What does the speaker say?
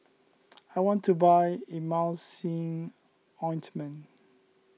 I want to buy Emulsying Ointment